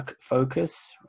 focus